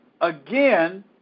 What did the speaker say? again